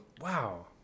wow